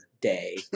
day